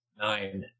Nine